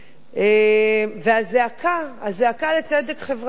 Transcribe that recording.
והזעקה לצדק חברתי.